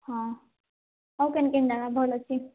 ହଁ ଆଉ କିନ୍ କିନ୍ ଜାଗା ଭଲ୍ ଅଛି